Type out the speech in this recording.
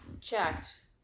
checked